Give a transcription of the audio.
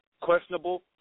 questionable